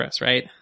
right